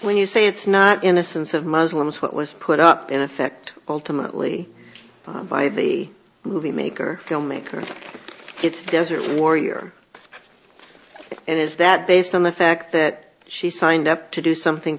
when you say it's not innocence of muslims what was put up in effect ultimately by the movie maker filmmaker it's desert warrior and is that based on the fact that she signed up to do something